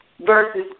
Versus